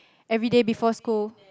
everyday before school